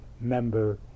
member